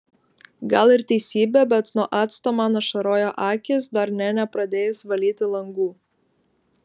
gal ir teisybė bet nuo acto man ašaroja akys dar nė nepradėjus valyti langų